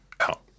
out